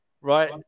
right